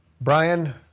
Brian